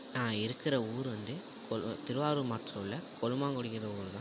நான் இருக்கிற ஊர் வந்து ஒரு திருவாரூர் மாவட்டத்தில் உள்ள கொல்லுமாங்குடிங்கிற ஊர் தான்